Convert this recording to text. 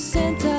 Santa